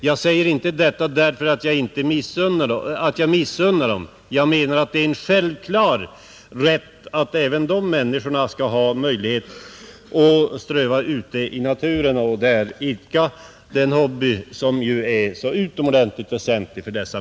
Jag säger inte detta därför att jag missunnar dem; jag menar att det är självklart att även de människorna skall ha möjlighet att ströva i naturen och där idka den hobby som ju är så utomordentligt väsentlig för dem.